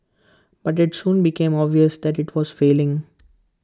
but IT soon became obvious that IT was failing